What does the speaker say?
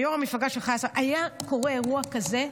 שיו"ר המפלגה שלך עשה, היה קורה אירוע כזה,